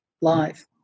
live